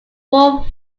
four